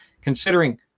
considering